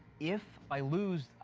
if i lose,